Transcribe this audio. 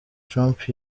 trump